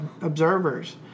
observers